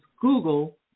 Google